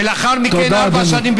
ולאחר מכן ארבע שנים,